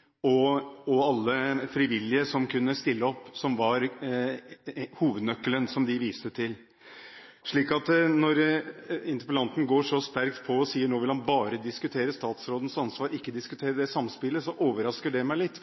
politi og alle frivillige som kunne stille opp, de viste til som hovednøkkelen. Når interpellanten går så sterkt ut og sier at han bare vil diskutere statsrådens ansvar og ikke diskutere samspillet, overrasker det meg litt.